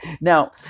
Now